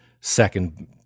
second